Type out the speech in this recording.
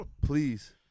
Please